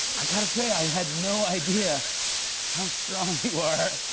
i got to say, i had no idea how strong you are.